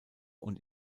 und